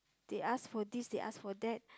they ask for this they ask for that